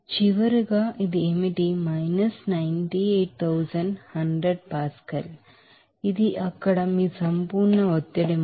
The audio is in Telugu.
చివరగా ఇది ఏమిటి 98100 పాస్కల్ ఇది అక్కడ మీ అబ్సొల్యూట్ ప్రెషర్ చేంజ్